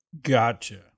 Gotcha